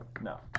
No